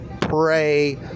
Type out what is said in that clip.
Pray